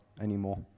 anymore